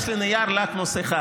יש לי נייר לקמוס אחד.